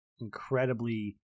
incredibly